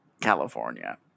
California